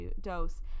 dose